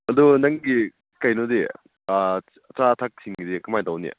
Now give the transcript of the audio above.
ꯑꯗꯨ ꯅꯪꯒꯤ ꯀꯩꯅꯣꯗꯤ ꯑꯥ ꯑꯆꯥ ꯑꯊꯛꯁꯤꯡꯗꯤ ꯀꯃꯥꯏꯅ ꯇꯧꯅꯤ